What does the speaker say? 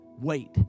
Wait